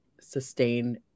sustain